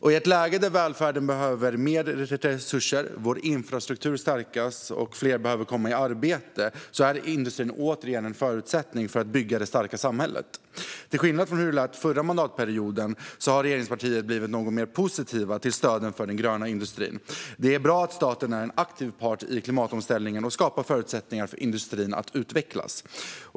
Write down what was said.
I ett läge där välfärden behöver mer resurser, vår infrastruktur behöver stärkas och fler behöver komma i arbete är industrin återigen en förutsättning för att bygga det starka samhället. Till skillnad från hur det lät under den förra mandatperioden har regeringspartierna blivit något mer positiva till stöden för den gröna industrin. Det är bra att staten är en aktiv part i klimatomställningen och skapar förutsättningar för industrin att utvecklas.